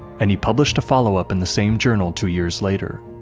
and he published a follow-up in the same journal two years later.